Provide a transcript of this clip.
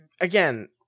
again